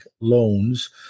loans